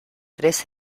tres